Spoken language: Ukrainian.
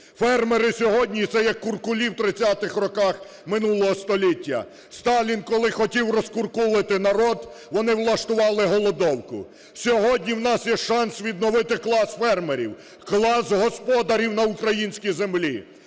Фермери сьогодні - це як куркулі у 30-х роках минулого століття. Сталін, коли хотів розкуркулити народ, вони влаштували голодовку. Сьогодні у нас є шанс відновити клас фермерів, клас господарів на українській землі,